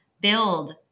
build